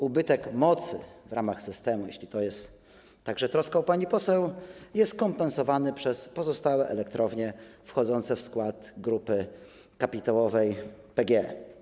Ubytek mocy w ramach systemu, jeśli to także jest troską pani poseł, jest kompensowany przez pozostałe elektrownie wchodzące w skład Grupy Kapitałowej PGE.